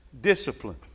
discipline